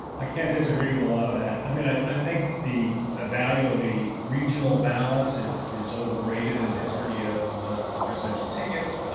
i can't disagree with a lot of that. i mean, i think the, the ah value of a regional balance is is overrated in the history of presidential tickets.